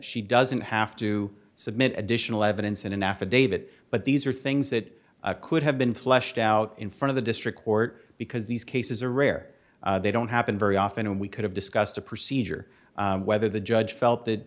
she doesn't have to submit additional evidence in an affidavit but these are things that could have been fleshed out in front of the district court because these cases are rare they don't happen very often and we could have discussed a procedure whether the judge felt that